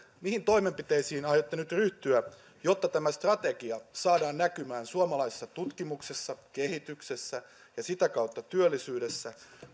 mihin toimenpiteisiin aiotte nyt ryhtyä jotta tämä strategia saadaan näkymään suomalaisessa tutkimuksessa kehityksessä ja sitä kautta työllisyydessä